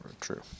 True